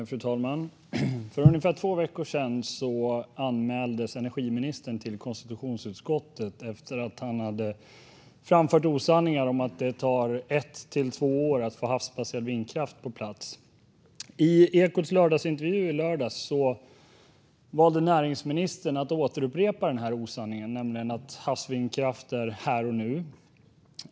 Fru talman! För ungefär två veckor sedan anmäldes energiministern till konstitutionsutskottet efter att han hade framfört osanningar om att det tar ett till två år att få havsbaserad vindkraft på plats. I Ekots lördagsintervju i lördags valde näringsministern att återupprepa osanningen att havsvindkraft är här och nu.